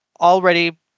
already